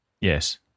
Yes